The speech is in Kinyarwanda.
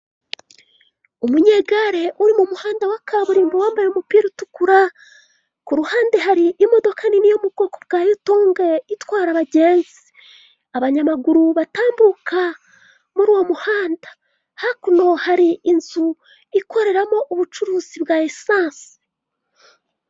Umunyegare uri mu muhanda wa kaburimbo wambaye umupira utukura, ku ruhande hari imodoka nini yo mu bwoko bwa yutonge itwara abagenzi, abanyamaguru batambuka muri uwo muhanda hakuno hari inzu ikoreramo ubucuruzi bwa esanse.